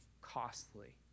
costly